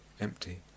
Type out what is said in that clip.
empty